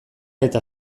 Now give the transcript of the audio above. eta